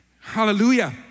Hallelujah